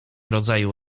rodzaju